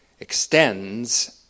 extends